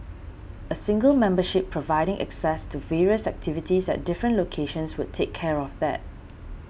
a single membership providing access to various activities at different locations would take care of that